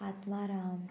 Atmaram